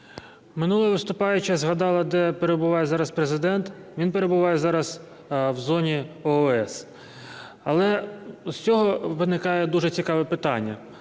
Минула виступаюча згадала, де перебуває зараз Президент. Він перебуває зараз в зоні ООС. Але з цього виникає дуже цікаве питання: